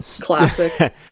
Classic